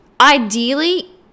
ideally